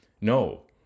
No